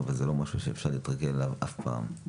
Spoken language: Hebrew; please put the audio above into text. אבל זה לא משהו שאפשר להתרגל אליו אף פעם.